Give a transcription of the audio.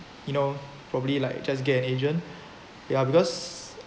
you know probably like just get an agent ya because